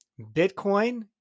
Bitcoin